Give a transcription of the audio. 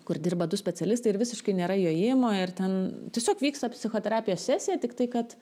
kur dirba du specialistai ir visiškai nėra jojimo ir ten tiesiog vyksta psichoterapijos sesija tik tai kad